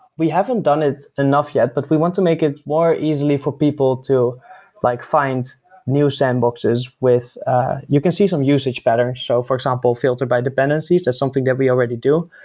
we haven't done it enough yet, but we want to make it more easily for people to like find new sandboxes. you can see some usage patterns. so for example, filter by dependencies, that's something that we already do.